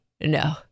no